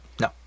No